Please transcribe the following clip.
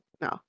no